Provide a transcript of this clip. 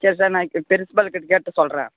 சரி சார் நான் பிரின்ஸ்பல்கிட்ட கேட்டு சொல்கிறேன்